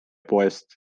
poest